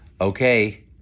Okay